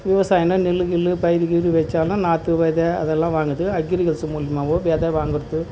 விவசாயம்னால் நெல்லு கில்லு பயிரு கியிரு வச்சாலும் நாற்று வெதை அதெல்லாம் வாங்கறத்துக்கு அக்ரிகல்ச்சர் மூலிமாவும் வெதை வாங்குறது